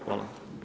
Hvala.